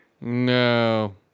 No